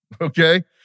okay